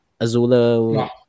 Azula